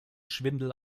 schwindel